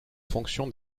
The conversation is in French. fonction